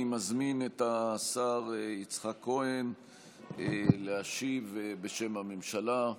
אני מזמין את השר יצחק כהן להשיב בשם הממשלה.